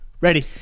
ready